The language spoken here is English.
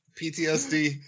PTSD